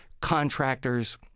contractors